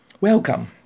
Welcome